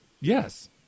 yes